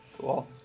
Cool